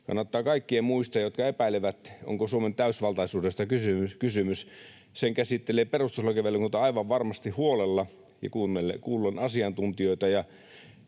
Kannattaa kaikkien, jotka epäilevät, onko Suomen täysivaltaisuudesta kysymys, muistaa, että sen käsittelee perustuslakivaliokunta aivan varmasti huolella ja kuullen asiantuntijoita